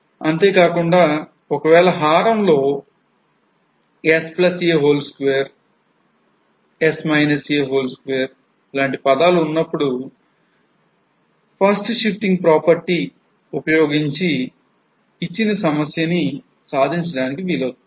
అంతేకాకుండా ఒక వేళ హారంలో denominator లో sa2వంటి పదాలు ఉన్నప్పుడు ఫస్ట్ షిఫ్టింగ్ ప్రాపర్టీ ఉపయోగించి ఇచ్చిన సమస్య ను సాధించవచ్చు